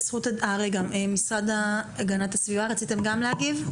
משרד הגנת הסביבה, רציתם גם להגיב?